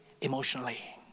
emotionally